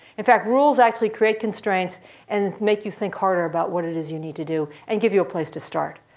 in fact rules actually create constraints and make you think harder about what it is you need to do, and give you a place to start.